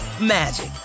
magic